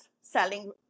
selling